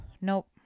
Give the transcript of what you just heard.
nope